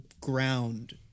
ground